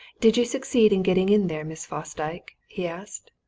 did you succeed in getting in there, miss fosdyke? he asked.